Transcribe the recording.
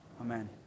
Amen